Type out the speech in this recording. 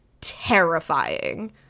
terrifying